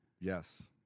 Yes